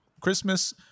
Christmas